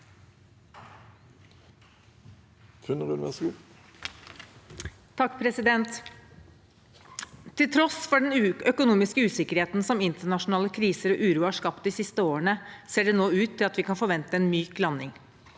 (Sp) Til tross for den økonomiske usikkerheten som internasjonale kriser og uro har skapt de siste årene, ser det nå ut til at vi kan forvente en myk landing.